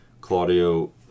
Claudio